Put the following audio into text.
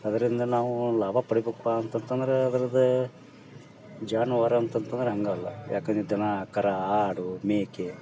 ಅದರಿಂದ ನಾವು ಲಾಭ ಪಡಿಬೇಕಪ್ಪ ಅಂತಂದ್ ಅಂದ್ರೆ ಅದ್ರದ್ದು ಜಾನುವಾರು ಅಂತಂದ್ ಅಂದ್ರೆ ಹಾಗಲ್ಲ ಏಕಂದ್ರೆ ದನ ಕರು ಆಡು ಮೇಕೆ